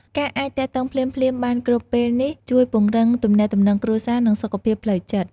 ការអាចទាក់ទងភ្លាមៗបានគ្រប់ពេលនេះជួយពង្រឹងទំនាក់ទំនងគ្រួសារ និងសុខភាពផ្លូវចិត្ត។